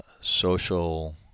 social